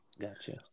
Gotcha